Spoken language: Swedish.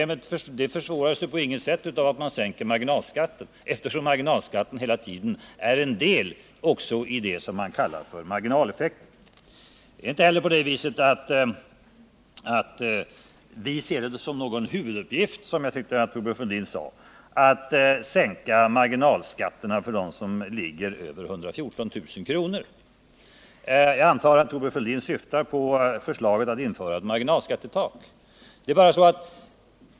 Men det försvåras på intet sätt av att man sänker marginalskatten, eftersom marginalskatten är en del av det som man kallar marginaleffekter. Det är inte heller på det viset att vi ser det som någon huvuduppgift, som jag tyckte att Thorbjörn Fälldin sade, att sänka marginalskatterna för dem som har en årsinkomst på mer än 114 000 kr. Jag antar att Thorbjörn Fälldin syftar på förslaget att införa ett marginalskattetak.